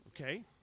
okay